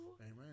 Amen